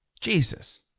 Jesus